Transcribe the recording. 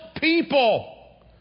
people